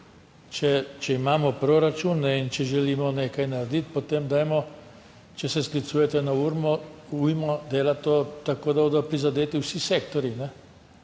Če imamo proračun in če želimo nekaj narediti, potem dajmo, če se sklicujete na ujmo, delati to tako, da bodo prizadeti vsi sektorji, ne